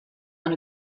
and